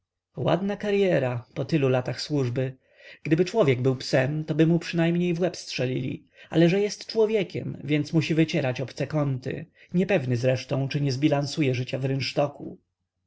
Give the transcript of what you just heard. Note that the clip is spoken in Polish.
ładna karyera po tylu latach służby gdyby człowiek był psem toby mu przynajmniej w łeb strzelili ale że jest człowiekiem więc musi wycierać obce kąty niepewny zresztą czy nie zbilansuje życia